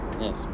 Yes